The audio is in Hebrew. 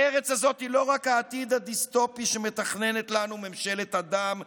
הארץ הזאת היא לא רק העתיד הדיסטופי שמתכננת לנו ממשלת הדם,